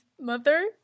mother